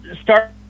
start